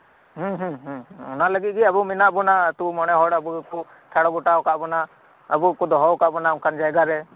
ᱦᱮᱸ ᱦᱮᱸ ᱚᱱᱟ ᱞᱟᱹᱜᱤᱫᱜᱤ ᱟᱵᱩ ᱢᱮᱱᱟᱜ ᱵᱚᱱᱟ ᱟᱹᱛᱩ ᱢᱚᱲᱮᱦᱚᱲ ᱠᱩ ᱴᱷᱟᱲᱚᱜᱚᱴᱟ ᱟᱠᱟᱫ ᱵᱚᱱᱟ ᱟᱵᱩᱠᱩ ᱫᱚᱦᱚᱣᱟᱠᱟᱫ ᱵᱚᱱᱟ ᱚᱱᱠᱟᱱ ᱡᱟᱭᱜᱟᱨᱮ